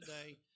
today